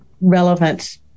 relevant